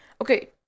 Okay